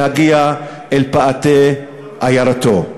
להגיע אל פאתי עיירתו,